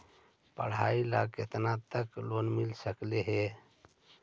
पढाई ल केतना तक लोन मिल सकले हे?